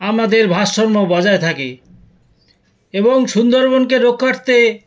আমাদের ভারসাম্য বজায় থাকে এবং সুন্দরবনকে রক্ষার্থে